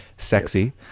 Sexy